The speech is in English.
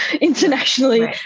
internationally